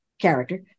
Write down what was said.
character